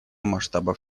масштабов